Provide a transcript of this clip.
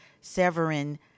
Severin